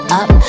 up